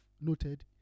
noted